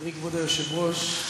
כבוד היושב-ראש,